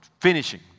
finishing